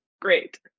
Great